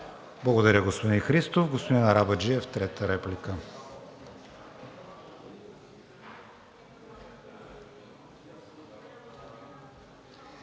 Благодаря, господин Христов. Господин Арабаджиев, трета реплика.